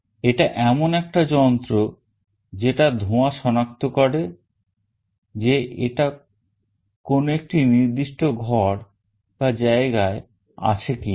এটা এমন একটা যন্ত্র যেটা ধোঁয়া সনাক্ত করে যে এটা কোন একটি নির্দিষ্ট ঘর বা জায়গায় আছে কিনা